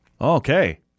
Okay